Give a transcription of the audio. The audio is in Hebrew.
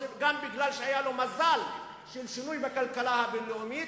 אלא גם כי היה לו מזל של שינוי בכלכלה הבין-לאומית,